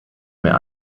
mehr